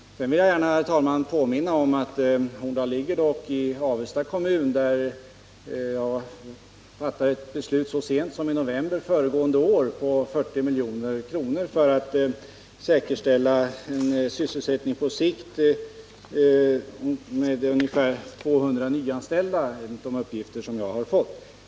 Jag vill gärna, herr talman, påminna om att Horndal ligger i Avesta kommun, där vi så sent som i november beslutade att satsa 40 milj.kr. för att säkerställa en sysselsättning på sikt för ungefär 200 nyanställda — enligt de uppgifter jag har fått.